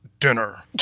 dinner